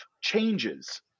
changes